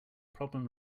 problem